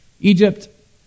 Egypt